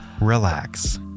relax